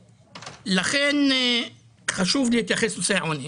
ולכן חשוב להתייחס לנושא העוני.